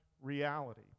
reality